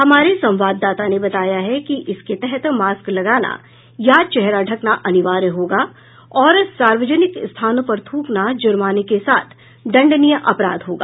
हमारे संवाददाता ने बताया है कि इसके तहत मास्क लगाना या चेहरा ढकना अनिवार्य होगा और सार्वजनिक स्थानों पर थ्रकना जुर्माने के साथ दंडनीय अपराध होगा